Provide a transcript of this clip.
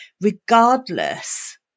regardless